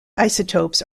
isotopes